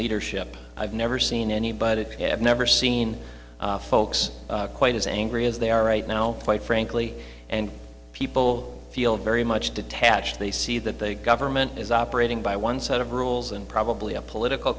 leadership i've never seen anybody have never seen folks quite as angry as they are right now quite frankly and people feel very much detached they see that the government is operating by one set of rules and probably a political